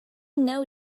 know